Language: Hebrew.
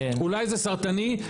אולי זה סרטני.